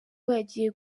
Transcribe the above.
bagiye